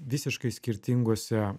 visiškai skirtingose